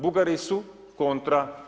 Bugari su kontra.